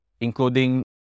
including